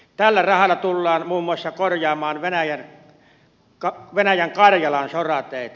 tällä rahalla tullaan muun muassa korjaamaan venäjän karjalan sorateitä